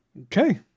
Okay